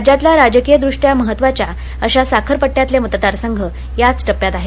राज्यातल्या राजकीयदृष्ट्या महत्वाच्या अशा साखरपट्ट्यातले मतदारसंघ याच टप्प्यात आहेत